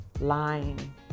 lying